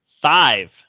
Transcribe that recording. Five